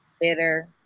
Bitter